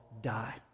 die